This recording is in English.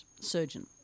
Surgeon